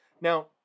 Now